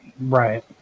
right